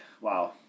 Wow